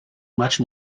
much